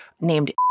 named